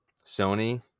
Sony